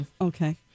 Okay